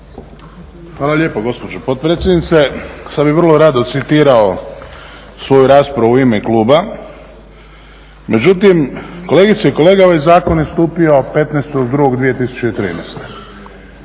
Hvala lijepo gospođo potpredsjednice. Sad bih vrlo rado citirao svoju raspravu u ime kluba, međutim kolegice i kolege ovaj zakon je stupio 15.2.2013.